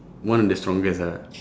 one of the strongest ah